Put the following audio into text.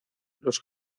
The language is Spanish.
los